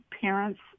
parents